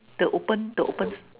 the open the open